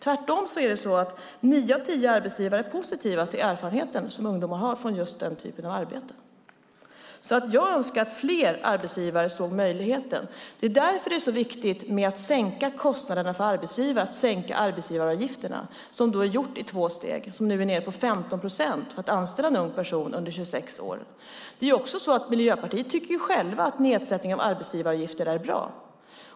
Tvärtom är nio av tio arbetsgivare positiva till den erfarenhet som ungdomarna har från just den typen av arbete. Jag önskar att fler arbetsgivare såg möjligheten. Det är därför det är så viktigt att sänka kostnaderna för arbetsgivare, att sänka arbetsgivaravgifterna, vilket har gjorts i två steg. De är nu nere på 15 procent när man anställer en ung person som är under 26 år. Också Miljöpartiet tycker att nedsättning av arbetsgivaravgifter är bra.